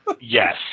Yes